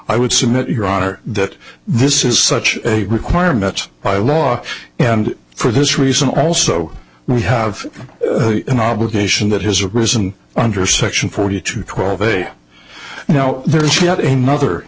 i would submit your honor that this is such a requirement by law and for this reason also we have an obligation that has arisen under section forty two twelve a now there is yet another